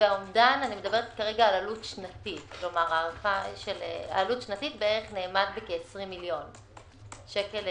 והאומדן אני מדברת על עלות שנתית נאמד בכ-20 מיליון שקל.